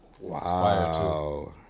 Wow